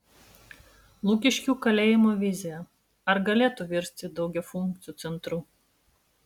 lukiškių kalėjimo vizija ar galėtų virsti daugiafunkciu centru